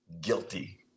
guilty